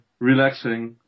relaxing